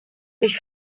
ich